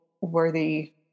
worthy